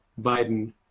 Biden